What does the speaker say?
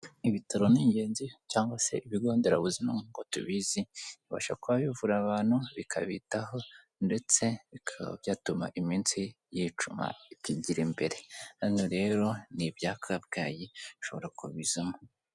Ibitaro ni ingenzi cyangwa se ibigo nderabuzima nk'uko tubizi, bibasha kuba bivura abantu, bikabitaho ndetse bikaba byatuma iminsi yicuma ikigira imbere, hano rero ni ibya Kabgayi ushobora kubizamo.